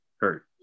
hurt